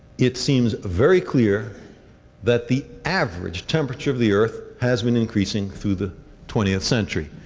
it seems very clear that the average temperature of the earth has been increasing through the twentieth century.